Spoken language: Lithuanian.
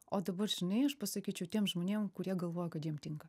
o dabar žinai aš pasakyčiau tiem žmonėm kurie galvoja kad jiem tinka